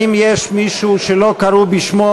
האם יש מישהו שלא קראו בשמו,